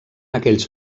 aquells